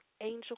Angel